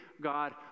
God